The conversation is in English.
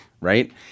right